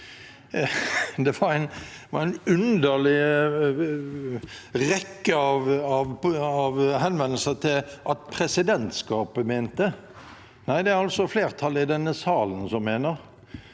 Det var en underlig rekke av henvisninger til hva presidentskapet mente. Nei, det er flertallet i denne salen som mener,